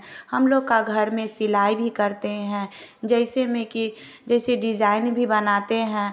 हम लोग का घर में सिलाई भी करते हैं जैसे में कि जैसे डिजाईन भी बनाते हैं